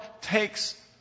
takes